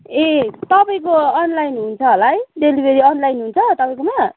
ए तपाईँको अनलाइन हुन्छ होला है डेलिभरी अनलाइन हुन्छ तपाईँकोमा